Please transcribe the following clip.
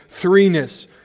threeness